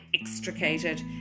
extricated